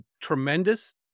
tremendous